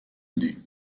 idée